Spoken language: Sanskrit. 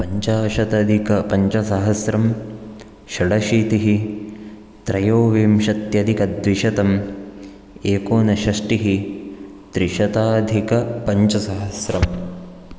पञ्चाशतधिकपञ्चसहस्रं षडशीतिः त्रयोविंशत्यधिकद्विशतं एकोनषष्टिः त्रिशताधिकपञ्चसहस्रं